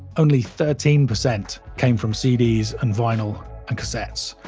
only thirteen percent came from cds and vinyl and cassettes.